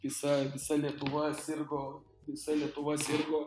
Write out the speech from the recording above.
visa visa lietuva sirgo visa lietuva sirgo